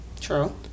True